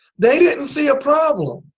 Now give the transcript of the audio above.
they didn't see a problem.